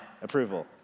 approval